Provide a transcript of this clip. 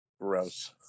Gross